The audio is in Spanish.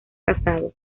casado